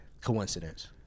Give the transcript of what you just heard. coincidence